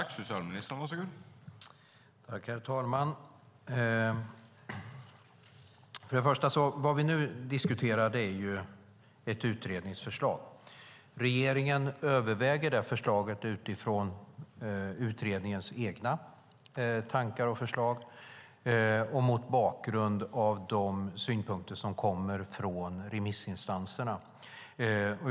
Herr talman! Först och främst: Vad vi nu diskuterar är ett utredningsförslag. Regeringen överväger det förslaget utifrån utredningens egna tankar och förslag och mot bakgrund av de synpunkter som kommer från remissinstanserna.